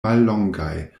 mallongaj